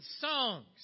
songs